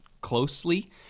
closely